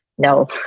No